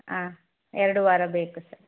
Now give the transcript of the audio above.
ಆಂ ಎರಡು ವಾರ ಬೇಕು ಸರ್